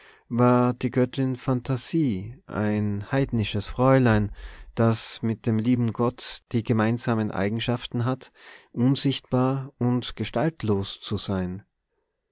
war die göttin phantasie ein heidnisches fräulein das mit dem lieben gott die gemeinsamen eigenschaften hat unsichtbar und gestaltlos zu sein